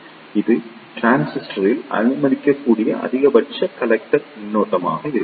இது டிரான்சிஸ்டரில் அனுமதிக்கக்கூடிய அதிகபட்ச கலெக்டர் மின்னோட்டமாக இருக்கும்